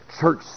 church